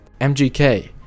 MGK